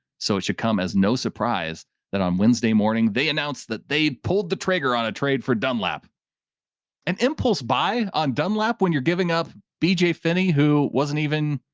so it should come as no surprise that on wednesday morning, they announced that they pulled up, trigger on a trade for dunlap and impulse buy on dunlap when you're giving up bj finney, who wasn't even.